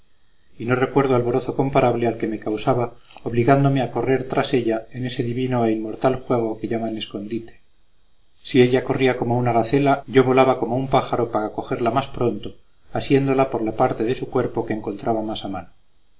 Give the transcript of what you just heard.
y no recuerdo alborozo comparable al que me causaba obligándome a correr tras ella en ese divino e inmortal juego que llaman si ella corría como una gacela yo volaba como un pájaro para cogerla más pronto asiéndola por la parte de su cuerpo que encontraba más a mano